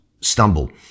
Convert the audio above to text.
stumble